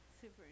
Super